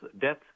death